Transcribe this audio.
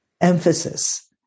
emphasis